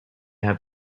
have